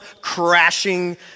crashing